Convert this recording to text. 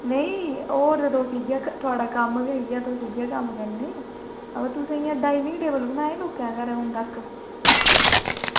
नेईं और तुस इयै थोआढ़ा कम्म गै इयै तुस इयै कम्म करने बा तुसैं इं'या डाईनिंग टेबल बनाये लोकें दे घरैं हून तक